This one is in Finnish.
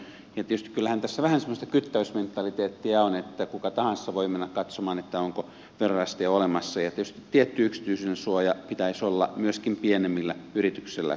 tietysti kyllähän tässä vähän semmoista kyttäysmentaliteettia on että kuka tahansa voi mennä katsomaan onko verorästejä olemassa ja tietysti tietty yksityisyydensuoja pitäisi olla myöskin pienemmillä yrityksillä kaiken kaikkiaan